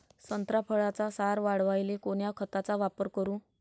संत्रा फळाचा सार वाढवायले कोन्या खताचा वापर करू?